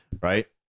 right